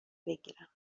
بگیرم